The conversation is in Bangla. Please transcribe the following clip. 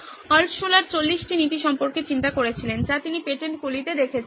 আল্টশুলার 40 টি নীতি সম্পর্কে চিন্তা করেছিলেন যা তিনি পেটেন্টগুলিতে দেখেছিলেন